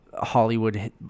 Hollywood